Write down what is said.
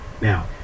Now